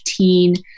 15